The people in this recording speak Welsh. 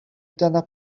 dyna